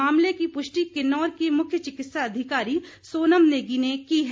मामले की पुष्टि किन्नौर की मुख्य चिकित्सा अधिकारी सोनम नेगी ने की है